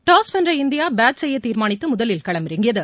toss வென்ற India bat செய்ய தீர்மானித்து முதலில் களமிறங்கியது